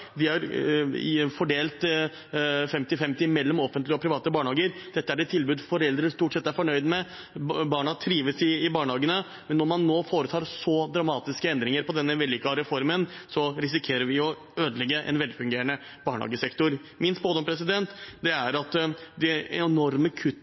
fordelt 50/50 mellom offentlige og private barnehager. Dette er et tilbud foreldre stort sett er fornøyd med, og barna trives i barnehagene. Når man nå foretar så dramatiske endringer i denne vellykkede reformen, risikerer vi å ødelegge en velfungerende barnehagesektor.